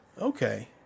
Okay